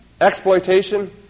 exploitation